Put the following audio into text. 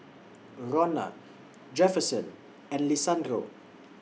Ronna Jefferson and Lisandro